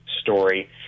story